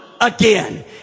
again